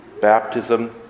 baptism